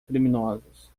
criminosos